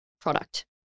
product